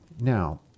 Now